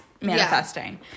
manifesting